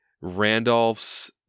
Randolph's